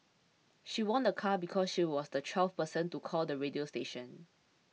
she won a car because she was the twelfth person to call the radio station